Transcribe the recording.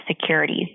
securities